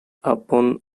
upon